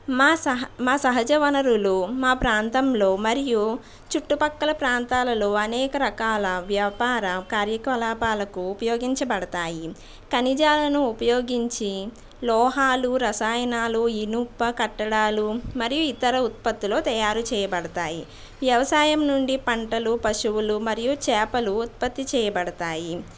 మా సహ మా సహజ వనరులు మా ప్రాంతంలో మరియు చుట్టుపక్కల ప్రాంతాలలో అనేక రకాల వ్యాపార కార్యకలాపాలకు ఉపయోగించబడతాయి ఖనిజాలను ఉపయోగించి లోహాలు రసాయనాలు ఇనుప కట్టడాలు మరి ఇతర ఉత్పత్తిలో తయారు చేయబడతాయి వ్యవసాయం నుండి పంటలు పశువులు మరియు చేపలు ఉత్పత్తి చేయబడతాయి